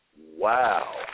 Wow